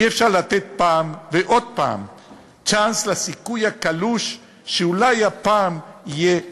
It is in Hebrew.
אי-אפשר לתת פעם ועוד פעם צ'אנס לסיכוי הקלוש שאולי הפעם יהיה אחרת.